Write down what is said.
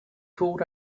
called